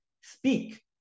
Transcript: speak